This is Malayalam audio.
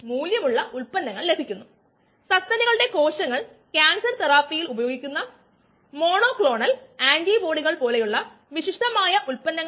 അത് വിപരീതത നൽകുന്നു ഒരു എൻസൈം സബ്സ്ട്രേറ്റ് കോംപ്ലക്സ് പിന്നെ ഇറവെഴ്സിബിലി ഒരു എൻസൈം പിന്നെയൊരു ഉൽപന്നവും